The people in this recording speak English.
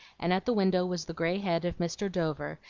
and at the window was the gray head of mr. dover,